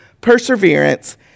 perseverance